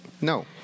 No